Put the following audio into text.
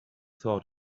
thought